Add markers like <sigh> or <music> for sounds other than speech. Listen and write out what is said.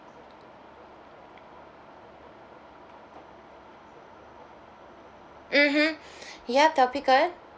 mmhmm <breath> ya that would be good